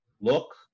look